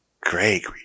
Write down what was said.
Gregory